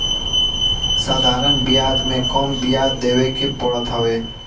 साधारण बियाज में कम बियाज देवे के पड़त हवे